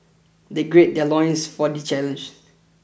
they gird their loins for the challenge